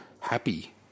happy